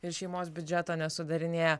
ir šeimos biudžeto nesudarinėja